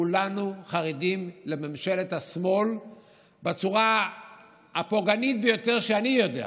כולנו חרדים מממשלת השמאל בצורה הפוגענית ביותר שאני יודע.